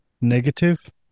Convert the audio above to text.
negative